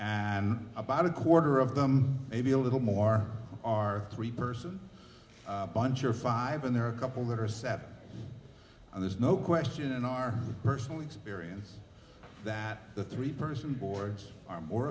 and about a quarter of them maybe a little more are three person bunch or five and there are a couple that are seven and there's no question in our personal experience that the three person boards are more